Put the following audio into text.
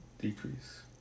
decrease